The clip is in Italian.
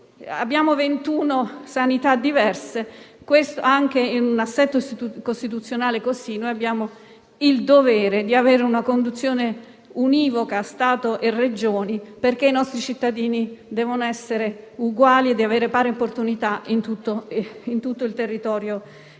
Abbiamo 21 sanità diverse e in un tale assetto costituzionale abbiamo il dovere di avere una conduzione univoca tra Stato e Regioni, perché i nostri cittadini devono essere uguali e avere pari opportunità in tutto il territorio